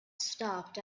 stopped